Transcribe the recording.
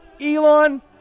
Elon